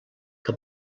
que